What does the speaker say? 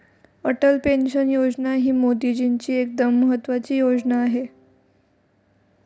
Atal pension Yojana ही मोदीजींची एकदम महत्त्वाची योजना आहे